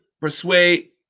Persuade